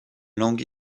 langue